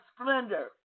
splendor